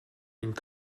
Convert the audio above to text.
энд